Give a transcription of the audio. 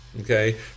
okay